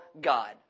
God